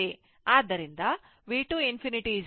ಆದ್ದರಿಂದ V2 ∞25 2